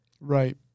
Right